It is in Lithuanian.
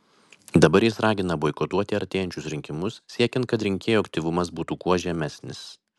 dabar jis ragina boikotuoti artėjančius rinkimus siekiant kad rinkėjų aktyvumas būtų kuo žemesnis